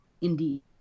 Indeed